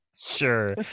sure